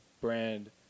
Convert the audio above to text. brand